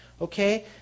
Okay